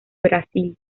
brasil